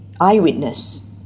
eyewitness